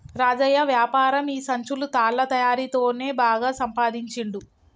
రాజయ్య వ్యాపారం ఈ సంచులు తాళ్ల తయారీ తోనే బాగా సంపాదించుండు